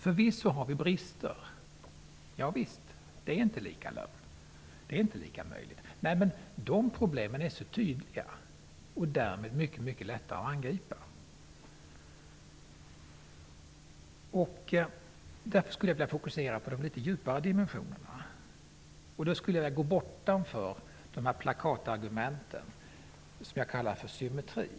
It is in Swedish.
Förvisso har vi brister så till vida att det inte är lika lön och lika möjligheter, men de problemen är så tydliga. Därmed är de mycket lättare att angripa. Jag skulle därför vilja fokusera debatten på de litet djupare dimensionerna. Jag vill gå utöver ''plakatargumenten'', som jag kallar för symmetri.